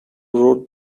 wrote